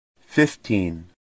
Fifteen